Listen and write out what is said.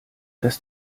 das